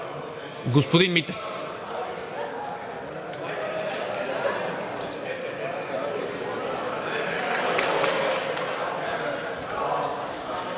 Господин Митев.